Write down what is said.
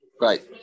Right